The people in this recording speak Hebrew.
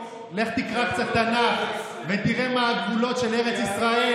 לך תקרא קצת תנ"ך ותראה מה הגבולות של ארץ ישראל,